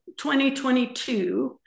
2022